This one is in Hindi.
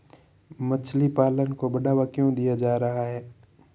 मछली पालन को बढ़ावा क्यों दिया जा रहा है?